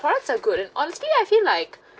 flowers are good and honestly I feel like